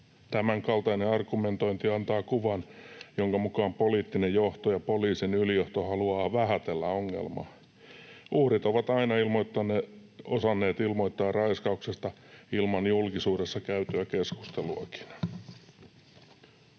Tämänkaltainen argumentointi antaa kuvan, jonka mukaan poliittinen johto ja poliisin ylijohto haluavat vähätellä ongelmaa. Uhrit ovat aina osanneet ilmoittaa raiskauksesta ilman julkisuudessa käytyä keskusteluakin.